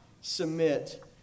submit